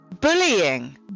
bullying